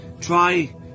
Try